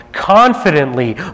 confidently